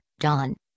John